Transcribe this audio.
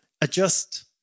adjust